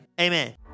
amen